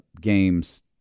games